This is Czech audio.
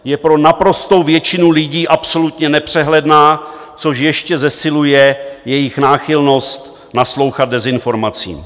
Je pro naprostou většinu lidí absolutně nepřehledná, což ještě zesiluje jejich náchylnost naslouchat dezinformacím.